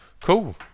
Cool